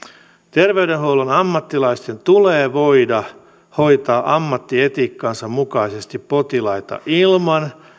terveydenhuollon ammattilaisten tulee voida hoitaa ammattietiikkansa mukaisesti potilaita ilman